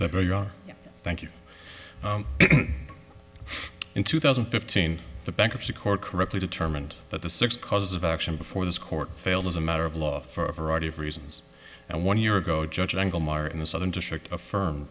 thank you in two thousand and fifteen the bankruptcy court correctly determined that the sixth cause of action before this court failed as a matter of law for a variety of reasons and one year ago judge engle mar in the southern district affirm